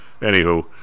anywho